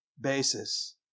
basis